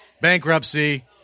bankruptcy